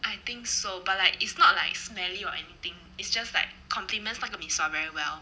I think so but like it's not like smelly or anything it's just like complements 那个 mee sua very well